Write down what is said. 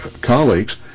colleagues